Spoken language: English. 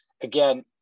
again